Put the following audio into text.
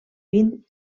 vint